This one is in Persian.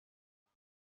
دیده